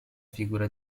figura